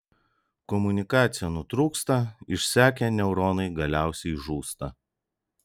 komunikacija nutrūksta išsekę neuronai galiausiai žūsta